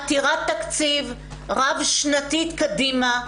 עתירת תקציב רב שנתית קדימה,